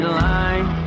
line